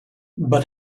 but